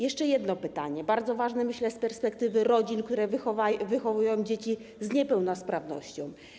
Jeszcze jedno pytanie, bardzo ważne, myślę, z perspektywy rodzin, które wychowują dzieci z niepełnosprawnością.